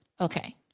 Okay